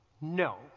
No